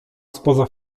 spoza